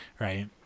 Right